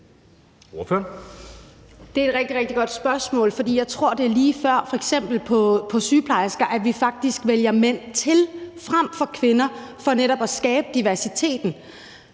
et rigtig, rigtig godt spørgsmål, for jeg tror, at det er lige før, at vi, når det gælder sygeplejersker, faktisk vælger mænd til frem for kvinder for netop at skabe diversiteten.